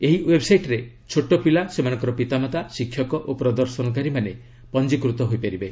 ଏହି ୱେବ୍ସାଇଟ୍ରେ ଛୋଟପିଲା ସେମାନଙ୍କର ପିତାମାତା ଶିକ୍ଷକ ଓ ପ୍ରଦର୍ଶନକାରୀମାନେ ପଞ୍ଜିକୃତ ହୋଇପାରିବେ